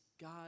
God